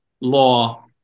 law